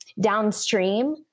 downstream